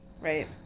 Right